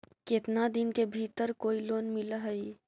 केतना दिन के भीतर कोइ लोन मिल हइ?